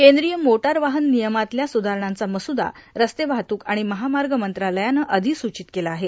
केंद्रीय मोटार वाहन नियमातल्या सुधारणांचा मसुदा रस्ते वाहतूक आणि महामार्न मंत्रालयानं अविसूचित केला आहे